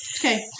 Okay